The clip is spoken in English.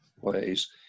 ways